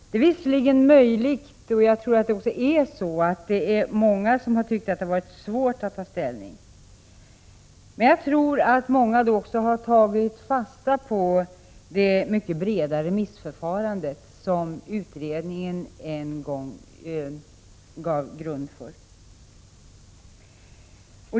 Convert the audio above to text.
Det är visserligen troligt att många har tyckt att det är svårt att ta ställning, men jag tror att många också har tagit fasta på det mycket omfattande remissförfarande som utredningen en gång gav grunden för.